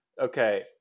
Okay